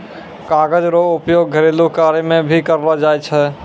कागज रो उपयोग घरेलू कार्य मे भी करलो जाय छै